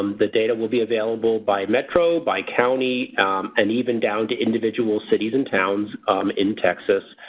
um the data will be available by metro, by county and even down to individual cities and towns in texas.